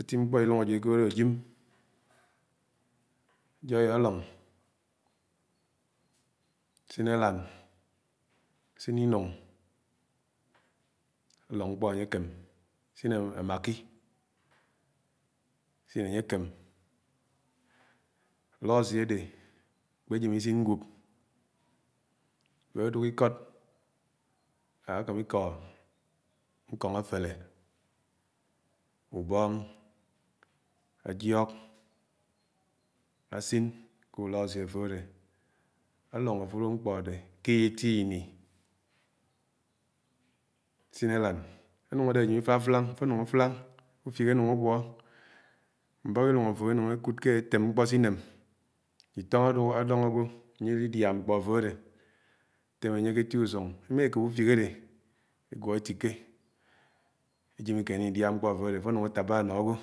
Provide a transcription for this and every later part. ìtim̃ mkpó ìlúng ajìd ekòdó àjím̃ àlóng, asìñ àlánd asin ìnúng alóng mkpó añye àkém asin amaggie. ùlóasíí àdé àkpéjém̃ ìsíí ñgúp afó dúk ìkók, akam ikoo ñkóngàfélé-ubóng ajiók asin ké ùlóasíí àfó adé. Àloñg afúdó mkpó adé ké eti-ini asìñ àlãnd. Ànúng ade ajẽm ifáflang afó énúng ùfik añúng àguó mbọhọ ilúng afó énúng ekúd ké, atém mkpó siném. Ìtóng àdoñg ãgwó ìlídía mkpó afo adé. Atem ánye ké eti ùsúng ufik àdé àgwo étíké ejẹm elikéné ídíá mkpó afó adé àfó anúng atába ànó agwo.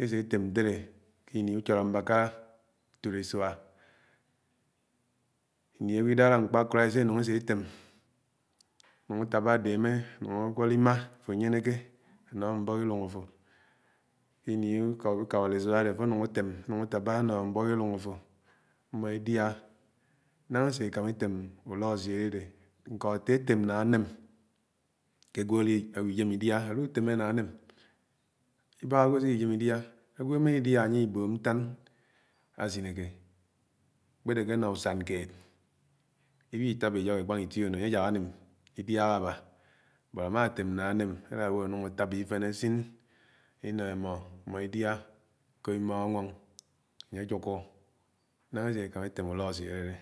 Ese étem ntélé ini ùchólo mbakalã, utit ìsúa, ini ágwó idárá mkpá christ enũng esè etém, Anúng atábá àdémé anũng ànwód ìmá áfò ànyénéké ànó mbọk iluñg afó kiñi ukabal-ìsuá adé, afo ánúng àtém anung àtábã àno mbọk ilúng àfo. Mmo edíá, nángá esé ekámá etém ùloásí àdédé.